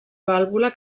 vàlvula